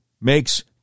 makes